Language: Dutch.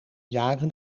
jaren